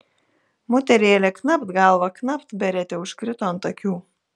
moterėlė knapt galva knapt beretė užkrito ant akių